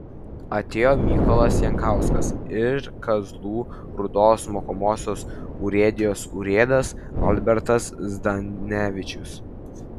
atėjo mykolas jankauskas ir kazlų rūdos mokomosios urėdijos urėdas albertas zdanevičius